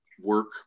work